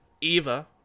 Eva